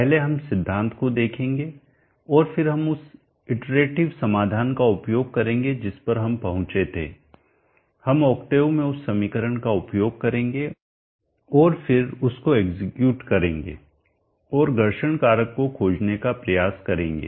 पहले हम सिद्धांत को देखेंगे और फिर हम उस इटरेटिव समाधान का उपयोग करेंगे जिस पर हम पहुंचे थे हम ऑक्टेव में उस समीकरण का उपयोग करेंगे और फिर उसको एक्जिक्यूट करेंगे और घर्षण कारक को खोजने का प्रयास करेंगे